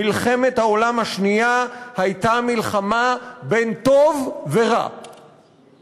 מלחמת העולם השנייה הייתה מלחמה בין טוב ורע,